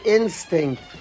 instinct